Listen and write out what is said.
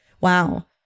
wow